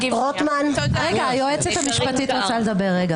--- רגע, היועצת המשפטית רוצה לדבר.